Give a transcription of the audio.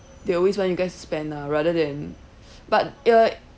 they always want you guys to spend lah rather than but uh